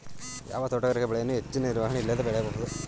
ಯಾವ ತೋಟಗಾರಿಕೆ ಬೆಳೆಯನ್ನು ಹೆಚ್ಚಿನ ನಿರ್ವಹಣೆ ಇಲ್ಲದೆ ಬೆಳೆಯಬಹುದು?